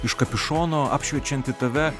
iš kapišono apšviečiantį tave